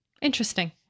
Interesting